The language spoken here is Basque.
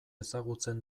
ezagutzen